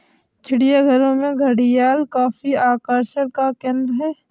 चिड़ियाघरों में घड़ियाल काफी आकर्षण का केंद्र है